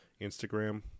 Instagram